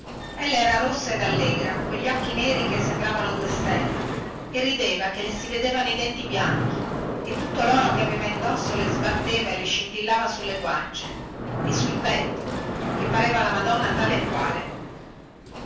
a ballare ella era rossa ed allegra cogli occhi neri che sembravano due stelle e rideva che le si vedevano i denti bianchi e tutto loro che aveva indosso le sbatteva e le scintillava sulle guancie e sul petto che pareva la madonna tale e quale